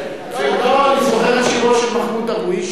אני זוכר את שירו של מחמוד דרוויש,